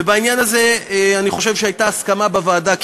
ובעניין הזה אני חושב שהייתה בוועדה הסכמה